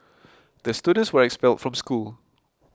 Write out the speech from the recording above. the students were expelled from school